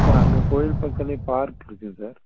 sir அங்கே கோவில் பக்கதுலே பார்க் இருக்குங்க சார்